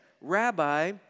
Rabbi